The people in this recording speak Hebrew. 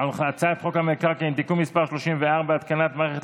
על הצעת חוק המקרקעין (תיקון מס' 34) (התקנת מערכת